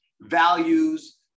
values